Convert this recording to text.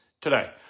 today